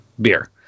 beer